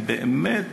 כי באמת